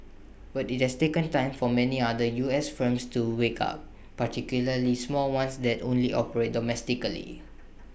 but IT has taken time for many other U S firms to wake up particularly small ones that only operate domestically